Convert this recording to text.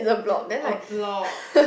to a blob